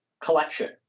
collection